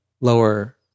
lower